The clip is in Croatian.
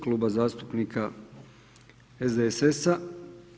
Kluba zastupnika SDSS-a.